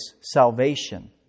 salvation